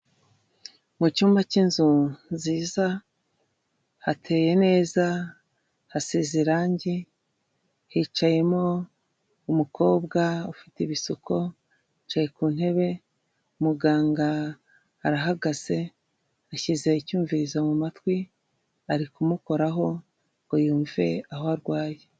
Mu cyumba cy'inzu nziza, hateye neza, hasize irangi, hicayemo umukobwa ufite ibisuko, yicaye ku ntebe, muganga arahagaze, ashyize icyumvirizo mu matwi, ari kumukoraho ngo yumve aho arwaye.